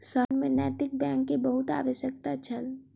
शहर में नैतिक बैंक के बहुत आवश्यकता छल